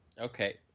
Okay